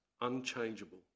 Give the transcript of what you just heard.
unchangeable